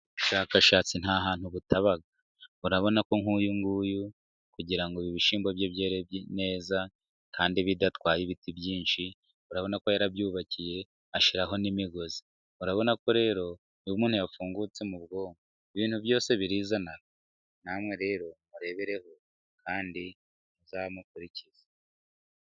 Ubushakashatsi nta hantu butaba, urabona ko nk'uyu nguyu kugirango ibishyimbo bye byere neza kandi bidatwaye ibiti byinshi, urabona ko yarabyubakiye ashyiraho n'imigozi. Urabona ko rero uyu muntu yafungutse mu bwonko ibintu byose birizana, namwe rero murebereho kandi muzamukurikize.